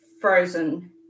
Frozen